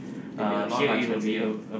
it would be a lot more expensive ya